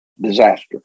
Disaster